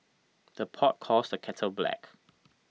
the pot calls the kettle black